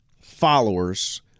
followers